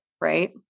right